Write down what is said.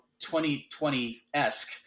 2020-esque